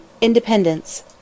Independence